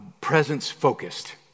presence-focused